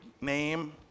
name